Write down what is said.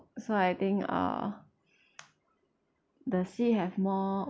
so I think uh the sea have more